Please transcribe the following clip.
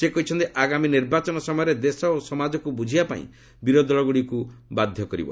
ସେ କହିଛନ୍ତି ଆଗାମୀ ନିର୍ବାଚନ ସମୟରେ ଦେଶ ଓ ସମାଜକୁ ବୁଝିବା ପାଇଁ ବିରୋଧୀଦଳକୁ ବାଧ୍ୟ କରିବ